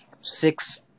six